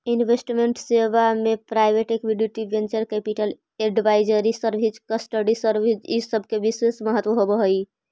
investment सेवा में private equity, venture capital, advisory service, custody service इ सब के विशेष महत्व होवऽ हई